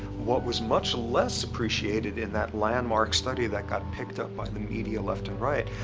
what was much less appreciated in that landmark study that got picked up by the media left and right,